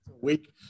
week